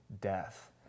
death